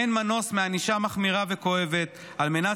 אין מנוס מענישה מחמירה וכואבת על מנת